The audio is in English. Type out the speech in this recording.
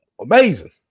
amazing